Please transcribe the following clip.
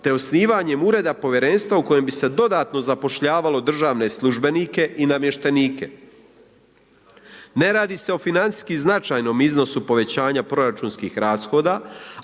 te osnivanjem Ureda Povjerenstva u kojem bi se dodatno zapošljavalo državne službenike i namještenike. Ne radi se o financijski značajnom iznosu povećanja proračunskih rashoda,